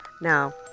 Now